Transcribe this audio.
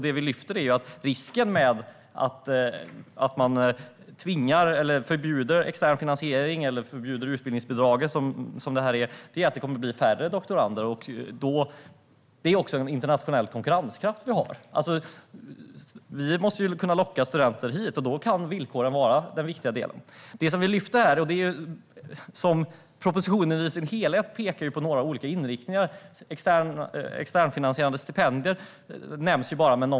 Det vi lyfter upp som en risk med att förbjuda extern finansiering eller utbildningsbidraget, som detta gäller, är att det kommer att bli färre doktorander. Det handlar också om internationell konkurrenskraft. Vi måste kunna locka studenter hit, och då kan villkoren vara en viktig del. Propositionen i sin helhet pekar på några olika inriktningar, till exempel externfinansierade stipendier.